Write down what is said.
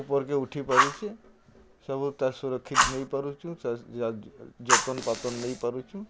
ଉପର୍କେ ଉଠିପାରୁଛେ ସବୁ ତା'ର୍ ସୁରକ୍ଷିତ୍ ନେଇପାରୁଛୁଁ ଯତନ୍ପାତନ୍ ନେଇପାରୁଛୁଁ